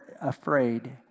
afraid